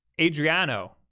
Adriano